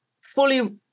fully